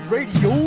Radio